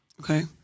Okay